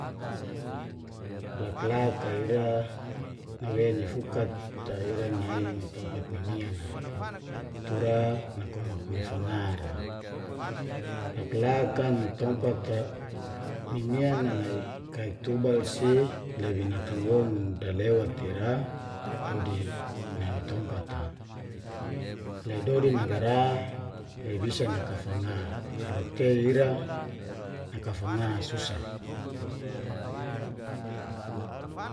Laklak a ira nawei ni fukat a ira nai ni tompat mimian a, tora ni komak ni fanga ra. Laklak a ni tompat a mimian nai kai tubal si le binatang woun dalewat ira dodi nai ni tompat a. Le dodi nagara le bisa nakafanga, kalau tei ira nakfanga susah.